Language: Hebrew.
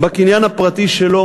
בקניין הפרטי שלו,